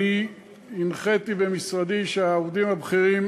הנחיתי במשרדי שהעובדים הבכירים,